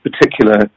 particular